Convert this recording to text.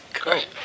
Great